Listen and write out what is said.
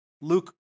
Luke